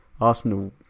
Arsenal